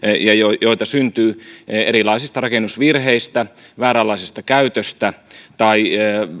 ja joita syntyy erilaisista rakennusvirheistä vääränlaisesta käytöstä tai